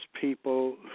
people